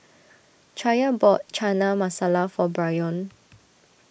Chaya bought Chana Masala for Bryon